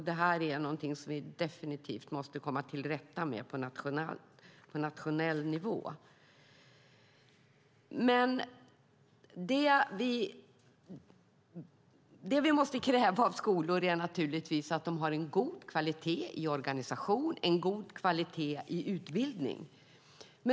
Detta måste vi definitivt komma till rätta med på nationell nivå. Det vi måste kräva av skolor är dock naturligtvis att de har en god kvalitet i organisation och utbildning.